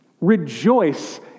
rejoice